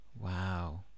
Wow